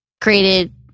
Created